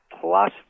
plus